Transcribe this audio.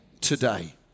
today